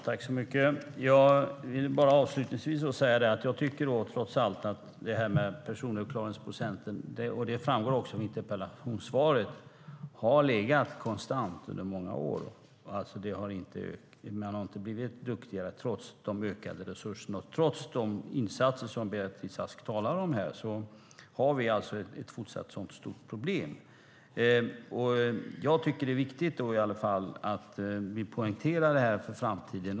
Fru talman! Jag vill avslutningsvis säga att personuppklaringsprocenten trots allt har legat konstant under många år, såsom framgår av interpellationssvaret. Man har inte blivit duktigare trots de ökade resurserna, och trots de insatser Beatrice Ask talar om har vi fortfarande ett stort problem. Jag tycker att det är viktigt att vi poängterar detta inför framtiden.